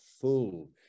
full